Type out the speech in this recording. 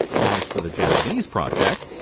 as for the japanese project.